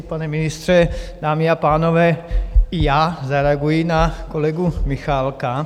Pane ministře, dámy a pánové, i já zareaguji na kolegu Michálka.